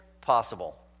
possible